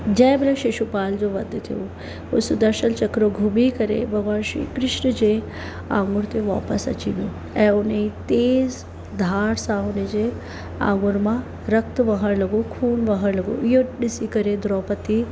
जंहिंमहिल शिषुपाल जो वधु थियो पोइ सुदर्शन चक्र घुमी करे भॻवानु श्री कृष्ण जे आङुर ते वापसि अची वियो ऐं उन ई तेज़ धार सां उन जे आङुर मां रक्त वहणु लॻो खून वहणु लॻो इहो ॾिसी करे द्रौपदी